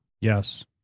yes